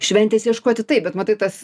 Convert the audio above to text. šventės ieškoti taip bet matai tas